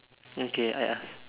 okay I ask